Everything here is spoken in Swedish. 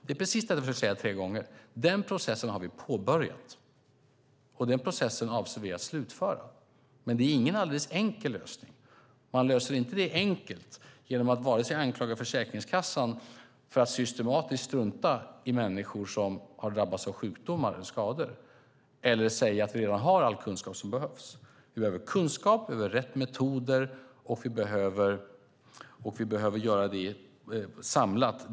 Det är precis det jag har försökt säga tre gånger. Vi har påbörjat den processen, och vi avser att slutföra den. Men det finns ingen alldeles enkel lösning. Man löser det inte enkelt genom att vare sig anklaga Försäkringskassan för att systematiskt strunta i människor som har drabbats av sjukdomar eller skador eller säga att vi redan har all kunskap som behövs. Vi behöver kunskap och rätt metoder, och vi behöver göra det samlat.